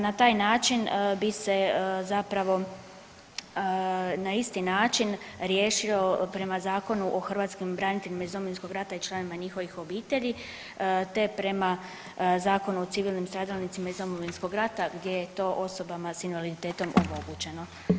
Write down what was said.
Na taj način bi se zapravo na isti način riješio, prema Zakonu o hrvatskim braniteljima iz Domovinskog rata i članovima njihovih obitelji te prema Zakonu o civilnim stradalnicima iz Domovinskog rata gdje je to osobama s invaliditetom omogućeno.